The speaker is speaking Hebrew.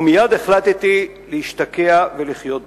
ומייד החלטתי להשתקע ולחיות בה.